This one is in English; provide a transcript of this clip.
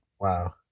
Wow